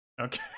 Okay